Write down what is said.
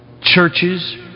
churches